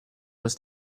was